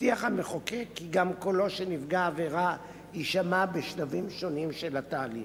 הבטיח המחוקק כי גם קולו של נפגע העבירה יישמע בשלבים שונים של התהליך.